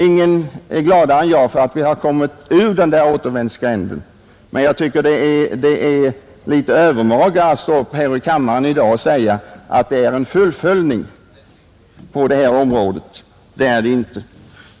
Ingen är gladare än jag för att vi har kommit ur återvändsgränden, men jag tycker det är litet övermaga att i dag säga att detta är en fullföljning av målsättningen. Det är det inte.